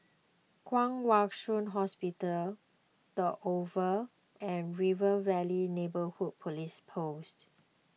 Kwong Wai Shiu Hospital the Oval and River Valley Neighbourhood Police Post